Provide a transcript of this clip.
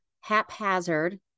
haphazard